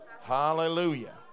Hallelujah